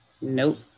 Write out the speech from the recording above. nope